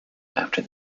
after